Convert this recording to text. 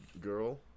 girl